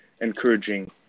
encouraging